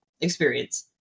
experience